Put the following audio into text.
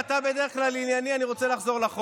נראה שאתה מנותק, בוא אני אסביר לך.